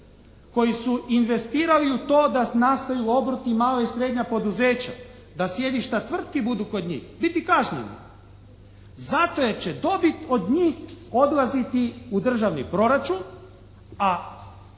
koji su investirali u to da nastaju obrti, mala i srednja poduzeća, da sjedišta tvrtki budu kod njih biti kažnjeni. Zato jer će dobit od njih odlaziti u državni proračun, a